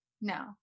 No